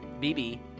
B-B